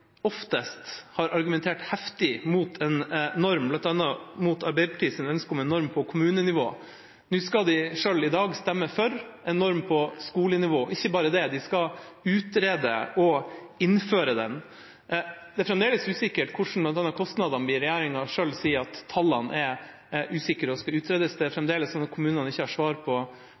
oftest har argumentert heftig mot en norm, bl.a. mot Arbeiderpartiets ønske om en norm på kommunenivå. I dag skal de selv stemme for en norm på skolenivå, og ikke bare det – de skal utrede og innføre den. Det er fremdeles usikkert hvordan bl.a. kostnadene blir. Regjeringa selv sier at tallene er usikre og skal utredes. Kommunene har fremdeles ikke svar på